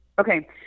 Okay